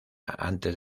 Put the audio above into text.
antes